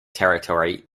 territory